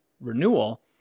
renewal